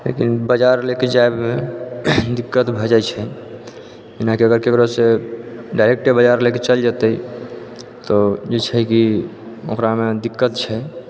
लेकिन बजार लए के जाइमे दिक्कत भए जाइ छै जेनाकि अगर केकरो से डायरेक्टे बाजार लेके चल जेतै तऽ जे छै की ओकरा मे दिक्कत छै